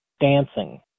dancing